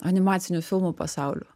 animacinių filmų pasauliu